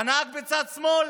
והנהג בצד שמאל